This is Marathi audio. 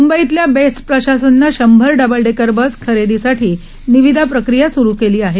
मुंबईतल्या बेस्ट प्रशासनानं शंभर डबलडेकर बस खरेदीसीठी निविदा प्रक्रिया सुरु केली आहे